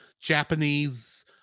Japanese